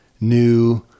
new